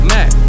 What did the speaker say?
Mac